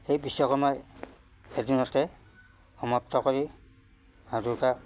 সেই বিশ্বকৰ্মাই এদিনতে সমাপ্ত কৰি সাধুকা